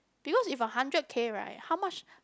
because if a hundred K right how much